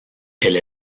elle